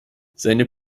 seine